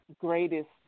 greatest